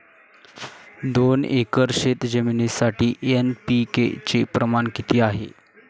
दोन एकर शेतजमिनीसाठी एन.पी.के चे प्रमाण किती आहे?